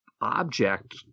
object